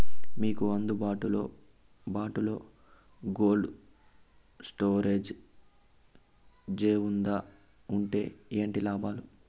మీకు అందుబాటులో బాటులో కోల్డ్ స్టోరేజ్ జే వుందా వుంటే ఏంటి లాభాలు?